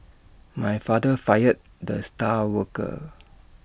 my father fired the star worker